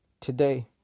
Today